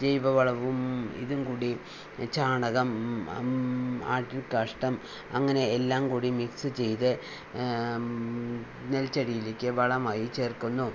ജൈവ വളവും ഇതും കൂടി ചാണകം ആട്ടിൻ കാഷ്ടം അങ്ങനെ എല്ലാം കൂടി മിക്സ് ചെയ്ത് നെൽ ചെടിയിലേക്ക് വളമായി ചേർക്കുന്നു